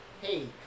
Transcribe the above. hey